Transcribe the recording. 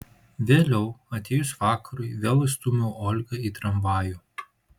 vėliau atėjus vakarui vėl įstūmiau olgą į tramvajų